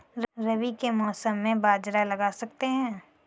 रवि के मौसम में बाजरा लगा सकते हैं?